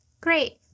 Great